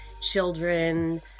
children